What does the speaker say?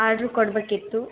order ಕೊಡಬೇಕಿತ್ತು